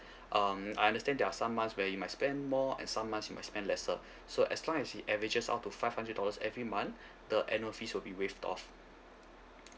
um I understand there are some months where you might spend more and some months you might spend lesser so as long as it averages out to five hundred dollars every month the annual fees will be waived off